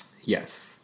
Yes